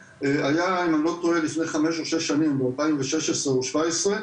היה אם אני לא טועה לפני חמש או שש שנים ב-2016 או 2017,